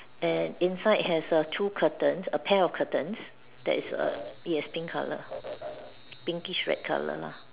and inside has a two curtains a pair of curtains that's is a it's has pink colour pinkish red colour lah